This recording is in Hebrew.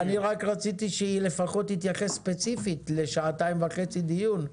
אני רק רציתי שהיא תתייחס ספציפית לשעתיים וחצי דיון,